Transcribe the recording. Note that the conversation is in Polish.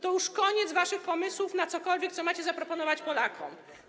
To już koniec waszych pomysłów na cokolwiek, co możecie zaproponować Polakom.